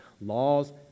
Laws